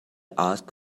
ask